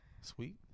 Sweet